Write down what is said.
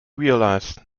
realised